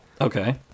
Okay